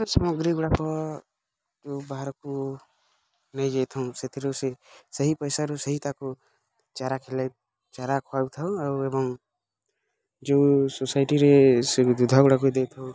ସାମଗ୍ରୀଗୁଡ଼ାକ ଯେଉଁ ବାହାରକୁ ନେଇଯାଇଥାଉଁ ସେଥିରୁ ସେ ସେହି ପଇସାରୁ ସେହି ତାକୁ ଚାରା ଖିଲାଇ ଚାରା ଖୁଆଉଥାଉ ଆଉ ଏବଂ ଯେଉଁ ସୁସାଇଟିରେ ସେଇ ଦୁଧଗୁଡ଼ାକୁ ଦେଇଥାଉ